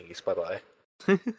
Bye-bye